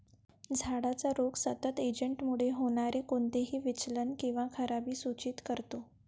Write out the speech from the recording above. झाडाचा रोग सतत एजंटमुळे होणारे कोणतेही विचलन किंवा खराबी सूचित करतो